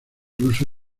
ruso